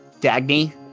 Dagny